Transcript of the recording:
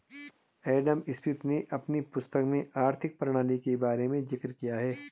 Adam Smith ने अपनी पुस्तकों में आर्थिक प्रणाली के बारे में जिक्र किया है